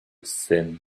thin